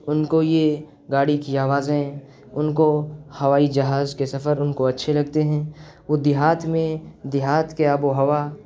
ان کو یہ گاڑی کی آوازیں ان کو ہوائی جہاز کے سفر ان کو اچھے لگتے ہیں وہ دیہات میں دیہات کے آب و ہوا